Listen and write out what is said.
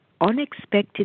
unexpected